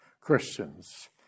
Christians